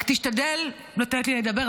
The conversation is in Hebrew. רק תשתדל לתת לי לדבר,